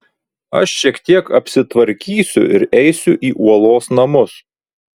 aš šiek tiek apsitvarkysiu ir eisiu į uolos namus